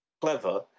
clever